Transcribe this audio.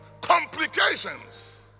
complications